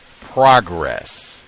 progress